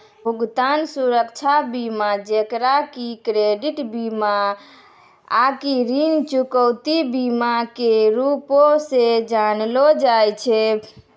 भुगतान सुरक्षा बीमा जेकरा कि क्रेडिट बीमा आकि ऋण चुकौती बीमा के रूपो से जानलो जाय छै